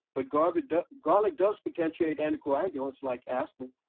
but garlic does garlic does potentiate anticoagulants like aspirin.